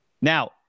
Now